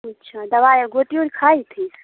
اچھا دوائی گوٹی ووٹی کھائی تھی